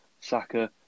Saka